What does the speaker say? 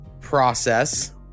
Process